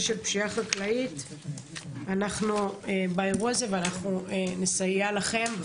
של פשיעה חקלאית אנחנו באירוע הזה ואנחנו נסייע לכם.